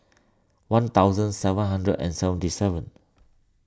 one thousand seven hundred and seventy seven